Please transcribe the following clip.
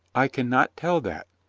i can not tell that,